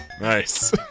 Nice